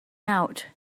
out